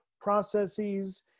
processes